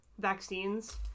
vaccines